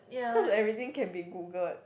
cause everything can be Googled